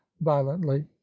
violently